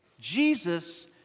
Jesus